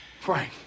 Frank